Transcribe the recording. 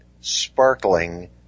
sparkling